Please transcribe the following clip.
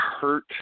hurt